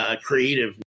creative